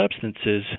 substances